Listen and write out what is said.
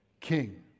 King